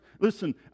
listen